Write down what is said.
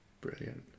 Brilliant